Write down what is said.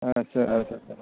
आदसा आदसा आदसा आदसा